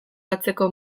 atzeko